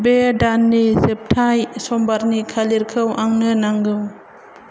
बे दाननि जोबथाय समबारनि खालिरखौ आंनो नांगौ